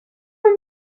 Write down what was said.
have